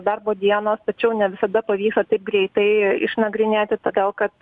darbo dienos tačiau ne visada pavyksta taip greitai išnagrinėti todėl kad